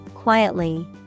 quietly